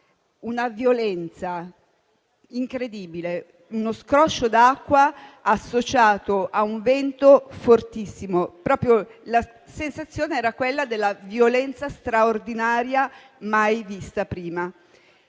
una violenza incredibile, uno scroscio d'acqua associato a un vento fortissimo. La sensazione era proprio quella della violenza straordinaria, mai vista prima.